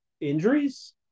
injuries